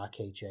RKJ